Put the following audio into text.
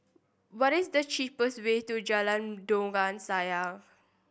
what is the cheapest way to Jalan Dondang Sayang